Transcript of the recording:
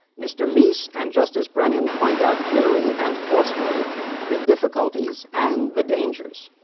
mr. meese and justice brennan point out clearly and forcefully the difficulties and the dangers.